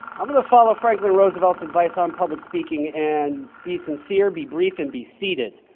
i'm gonna follow franklin rosavelt's advice on public speaking and be sincere, be brief and be seated.